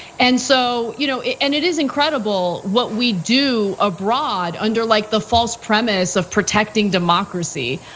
and so you know it and it is incredible, what we do abroad under like the false promise, of protecting democracy.